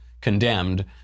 condemned